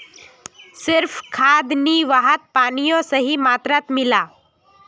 सिर्फ खाद नी वहात पानियों सही मात्रात मिला